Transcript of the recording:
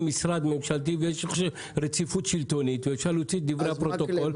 משרד ממשלתי אפשר להוציא את דברי הפרוטוקול.